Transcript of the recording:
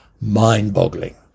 mind-boggling